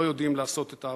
לא יודעים לעשות את העבודה.